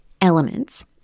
elements